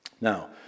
Now